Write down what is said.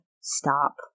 stop